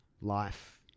life